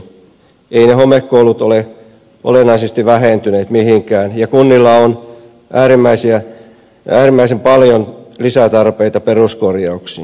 eivät ne homekoulut ole olennaisesti vähentyneet mihinkään ja kunnilla on äärimmäisen paljon lisätarpeita peruskorjauksiin